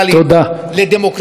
לדמוקרטיה רובנית.